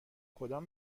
کدام